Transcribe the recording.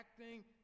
acting